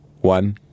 one